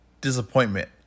disappointment